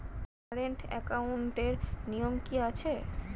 Current একাউন্টের নিয়ম কী আছে?